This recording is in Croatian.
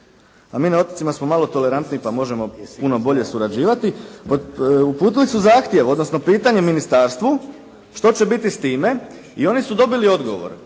a mi na otocima smo malo tolerantniji pa možemo puno bolje surađivati, uputili su zahtjev, odnosno pitanje ministarstvu što će biti s time i oni su dobili odgovor